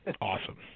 Awesome